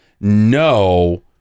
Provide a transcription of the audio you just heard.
no